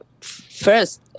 first